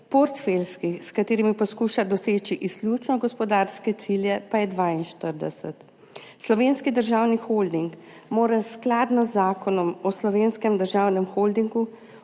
portfeljskih, s katerimi poskuša doseči izključno gospodarske cilje, pa je 42. Slovenski državni holding mora skladno z Zakonom o Slovenskem državnem holdingu